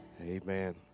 Amen